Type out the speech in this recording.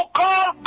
call